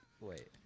Wait